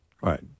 Right